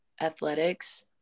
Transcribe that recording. athletics